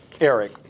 Eric